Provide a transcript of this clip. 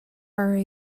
are